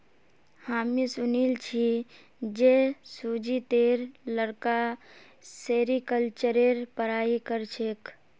हामी सुनिल छि जे सुजीतेर लड़का सेरीकल्चरेर पढ़ाई कर छेक